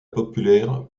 populaire